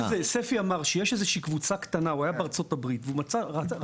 ספי אמר שהוא היה בארצות הברית והוא מצא רק